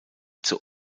zur